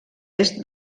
est